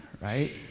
Right